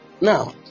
now